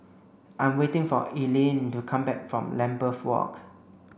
I'm waiting for Eileen to come back from Lambeth Walk